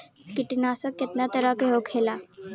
कीटनाशक केतना तरह के होला?